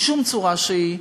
משום צורה שהיא,